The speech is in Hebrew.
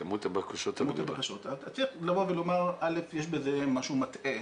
קודם כל יש בזה משהו מטעה,